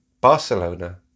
Barcelona